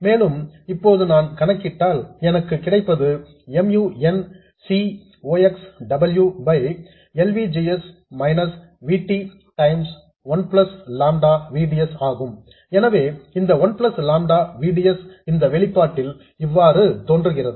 மேலும் இப்போது நான் கணக்கிட்டால் எனக்கு கிடைப்பது mu n C ox W by L V G S minus V T times one plus lambda V D S ஆகும் எனவே இந்த one plus lambda V D S இந்த வெளிப்பாட்டில் இவ்வாறு தோன்றுகிறது